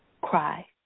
Cry